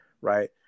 right